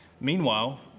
Meanwhile